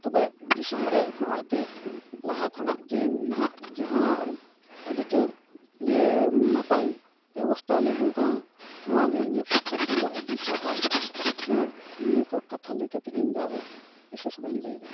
ᱛᱚᱵᱮ ᱫᱤᱥᱚᱢ ᱨᱮ ᱦᱚᱸᱜ ᱚᱭ ᱛᱮ ᱞᱟᱦᱟ ᱠᱷᱚᱱᱟᱜ ᱡᱮ ᱱᱟᱦᱟᱜ ᱡᱟᱦᱟᱸ ᱟᱹᱰᱤ ᱡᱳᱨ ᱜᱮ ᱱᱟᱯᱟᱭ ᱵᱮᱵᱚᱥᱛᱟ ᱞᱟᱜᱩᱣ ᱠᱟᱱᱟ ᱱᱚᱣᱟᱜᱮ ᱤᱧᱟᱹᱜ ᱯᱚᱠᱠᱷᱚ ᱠᱷᱚᱱ ᱫᱚ ᱟᱹᱰᱤ ᱥᱟᱨᱦᱟᱣ ᱦᱮᱸ ᱱᱤᱭᱟᱹ ᱠᱚ ᱠᱟᱛᱷᱟ ᱞᱟᱹᱭ ᱠᱟᱛᱮᱫ ᱜᱮ ᱤᱧᱫᱚ ᱟᱫᱚ ᱵᱤᱥᱮᱥ ᱵᱟᱹᱧ ᱞᱟᱹᱭ ᱫᱟ